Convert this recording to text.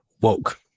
Woke